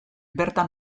bertan